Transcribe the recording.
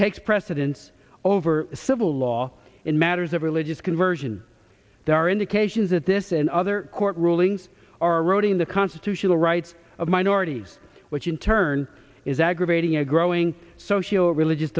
takes precedence over civil law in matters of religious conversion there are indications that this and other court rulings are rotting the constitutional rights of minorities which in turn is aggravating a growing social religious